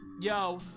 Yo